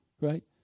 right